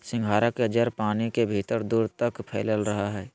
सिंघाड़ा के जड़ पानी के भीतर दूर तक फैलल रहा हइ